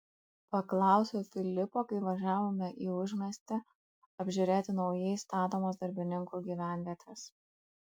paklausiau filipo kai važiavome į užmiestį apžiūrėti naujai statomos darbininkų gyvenvietės